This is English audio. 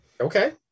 Okay